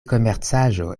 komercaĵo